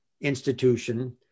institution